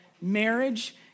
marriage